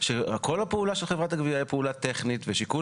שכל הפעולה של חברת הגבייה היא פעולה טכנית ושיקול